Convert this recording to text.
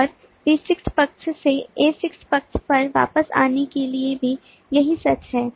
और B6 पक्ष से A6 पक्ष पर वापस आने के लिए भी यही सच है